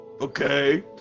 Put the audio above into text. Okay